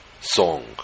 song